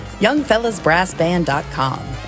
Youngfellasbrassband.com